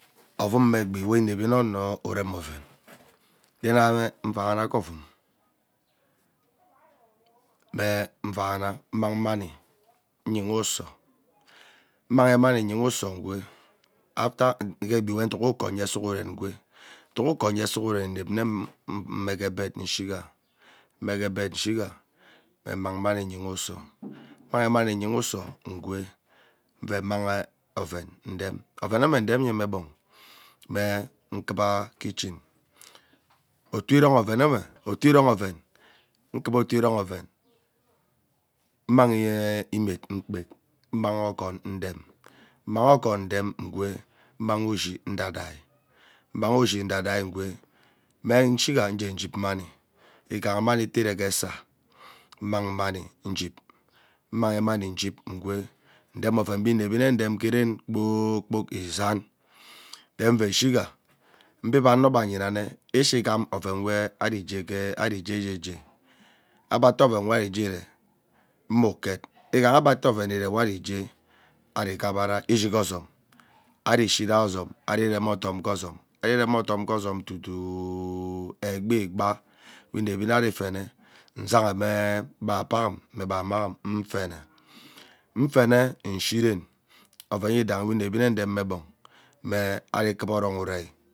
Ovun me egbi we inevi mme onoo urem oven, rere nvana ghee ovum mmee mang mani nyeha uso mmaghi mani nyigha uso ngwee after ke egbi we nduk uko uye sughura inep mme mm mme ghee bed ishiga num ghee bed ishiga mme nmang mani nyigha uso mmanihi man nyigha uso ngwee nve mmanghee oven uren oveneme nrem nye mme gbong mme nkuraa kitchen otou iron oven nwe otou iron oven nkara otou iron oven mmang ii ee imat nkpet mmang oghoon nren mmanghi oghoon nrem nghee mmang ushi ndaidaid mmang ushi udaidai ngwee mme nshigha nghe jeep mani ighaha mani itere ghee esaa mmang mani itere ghee esaa mmang mani ujeep mmang mani njeep ngwee dem oven be inevi nne ndem ke ren kpoor kpok isan then nve shigha ubib ano gbaa anyiname oven gbe ari jeghee oven jegeje eree mme uket nghaha agbe ataa oven ire nwari ighea ari ighabara ishig uson ari ighabara ishig uson ari ishizai ozon ari rem odom gheezom ari ram odom ghee ozom tutuooo egbee igbag we ineri anari ifene nsagha mme be apagham mme gbe amagham nfene. nfene nshiven oven umdahi we nevi nne nrem mme gbong mme ikwa oroin urei